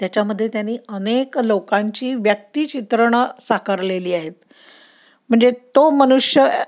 त्याच्यामध्ये त्यांनी अनेक लोकांची व्यक्तिचित्रणं साकारलेली आहेत म्हणजे तो मनुष्य